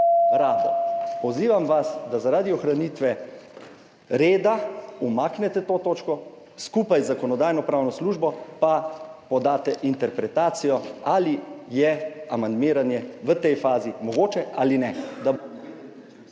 Pozivam vas, da zaradi ohranitve reda umaknete to točko, skupaj z Zakonodajno-pravno službo pa podate interpretacijo, ali je amandmiranje v tej fazi mogoče ali ne...